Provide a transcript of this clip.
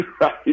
right